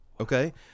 okay